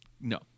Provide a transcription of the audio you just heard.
No